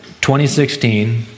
2016